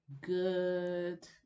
good